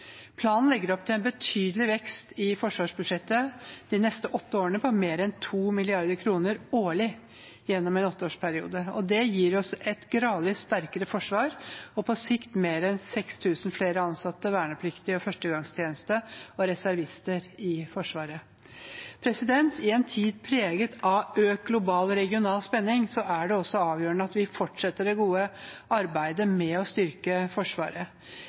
mer enn 2 mrd. kr årlig gjennom en åtteårsperiode. Det gir oss et gradvis sterkere forsvar og på sikt mer enn 6 000 flere ansatte, vernepliktige, de som er i førstegangstjeneste og reservister i Forsvaret. I en tid preget av økt global og regional spenning er det også avgjørende at vi fortsetter det gode arbeidet med å styrke Forsvaret.